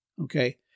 Okay